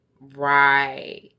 Right